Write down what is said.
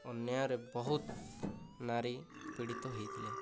ଅନ୍ୟାୟର ବହୁତ ନାରୀ ପୀଡ଼ିତ ହେଇଥିଲେ